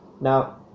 Now